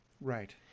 Right